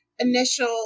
initial